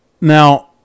Now